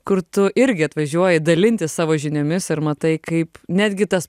kur tu irgi atvažiuoji dalintis savo žiniomis ir matai kaip netgi tas